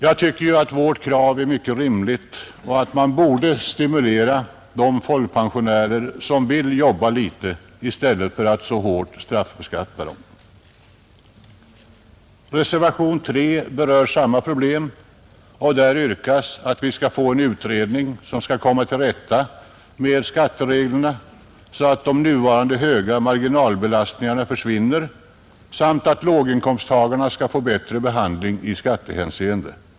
Jag tycker att vårt krav är mycket rimligt och att man borde stimulera de folkpensionärer som vill jobba litet i stället för att så hårt straffbeskatta dem. Reservationen 3 berör samma problem och där yrkas att vi skall få en utredning som skall komma till rätta med skattereglerna så att de nuvarande höga marginalbelastningarna försvinner samt att låginkomsttagarna skall få bättre behandling i skattehänseende.